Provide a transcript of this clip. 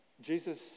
Jesus